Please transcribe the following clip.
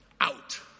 Out